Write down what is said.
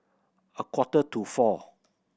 a quarter to four